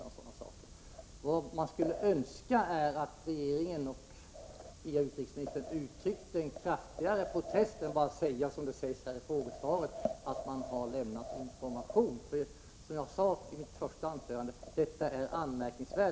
Men vad man skulle önska är att regeringen via utrikesministern uttryckte en kraftigare protest och inte nöjde sig med att, som det sägs i frågesvaret, lämna information. Som jag sade i mitt första anförande är nämligen detta anmärkningsvärt.